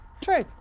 True